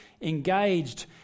engaged